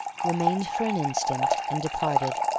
remained for an instant, and departed,